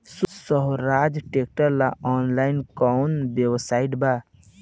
सोहराज tractor ला online कोउन website बा?